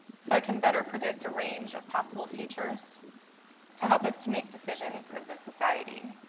so i can better predict a range of possible futures to help us to make decisions as a society.